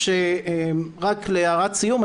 רק להערת סיום,